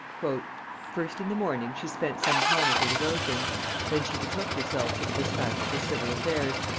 first in the morning she spent some time at her devotions then she betook herself to the dispatch of her civil affairs,